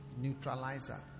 neutralizer